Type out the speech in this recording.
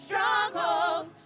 Strongholds